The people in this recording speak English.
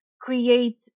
create